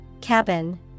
Cabin